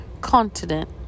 continent